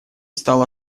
стало